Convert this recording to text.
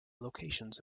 locations